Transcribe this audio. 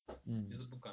mm